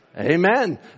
Amen